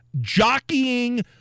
jockeying